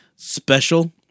special